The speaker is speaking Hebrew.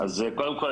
אז קודם כול,